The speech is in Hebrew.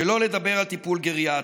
שלא לדבר על טיפול גריאטרי.